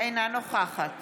אינה נוכחת